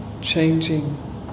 changing